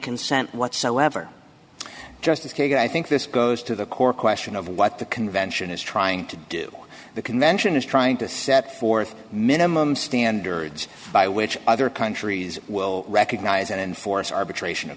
consent whatsoever justice kagan i think this goes to the core question of what the convention is trying to do the convention is trying to set forth minimum standards by which other countries will recognize and enforce arbitration